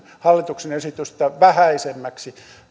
hallituksen esitystä vähäisemmäksi